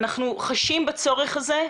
אנחנו חשים בצורך הזה,